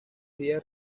días